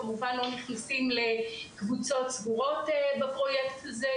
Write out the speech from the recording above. כמובן לא נכנסים לקבוצות סגורות בפרויקט הזה,